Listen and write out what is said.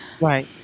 Right